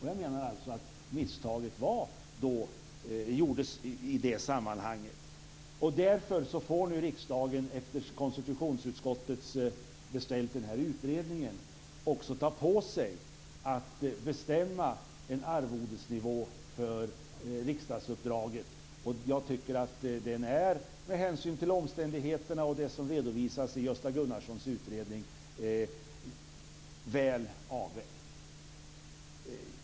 Jag menar att misstaget gjordes i det sammanhanget. Därför får nu riksdagen efter att konstitutionsutskottet har beställt utredningen ta på sig att bestämma en arvodesnivå för riksdagsuppdraget. Jag tycker att den, med hänsyn till omständigheterna och det som redovisas i Gösta Gunnarssons utredning, är väl avvägd.